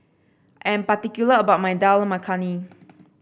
I am particular about my Dal Makhani